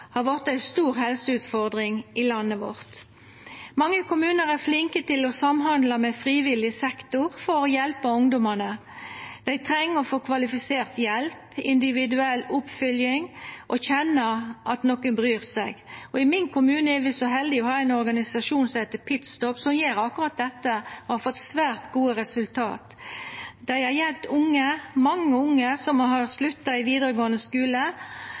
har vorte ei stor helseutfordring i landet vårt. Mange kommunar er flinke til å samhandla med frivillig sektor for å hjelpa ungdomane. Dei treng å få kvalifisert hjelp, individuell oppfylging og å kjenna at nokon bryr seg. I min kommune er vi så heldige å ha ein organisasjon som heiter PitStop, som gjer akkurat dette. Dei har fått svært gode resultat. Dei har hjelpt mange unge som har slutta i vidaregåande skule,